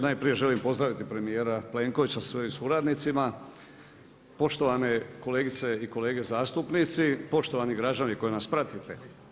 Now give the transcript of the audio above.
Najprije želim pozdraviti premijera Plenkovića sa svojim suradnicima, poštovane kolegice i kolege zastupnici, poštovani građani koji nas pratite.